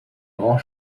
grand